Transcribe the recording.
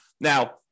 Now